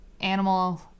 animal